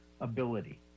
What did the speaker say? ability